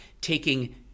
taking